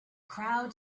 crowd